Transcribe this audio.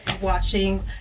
watching